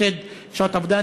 הפסד שעות עבודה.